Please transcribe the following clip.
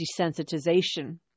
desensitization